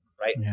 right